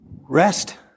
Rest